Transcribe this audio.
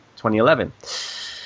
2011